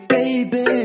Baby